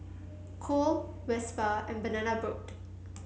Cool Whisper and Banana Boat